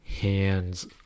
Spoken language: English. hands